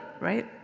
right